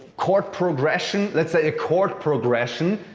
chord progression let's say a chord progression,